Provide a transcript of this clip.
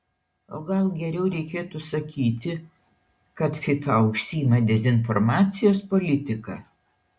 o gal geriau reikėtų sakyti kad fifa užsiima dezinformacijos politika